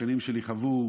השכנים שלי חוו,